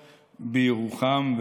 בירוחם,